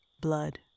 Blood